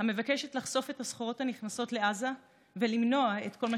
המבקשת לחשוף את הסחורות הנכנסות לעזה ולמנוע את כל מה